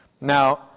Now